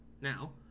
now